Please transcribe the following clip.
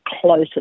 closer